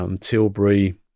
Tilbury